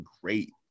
great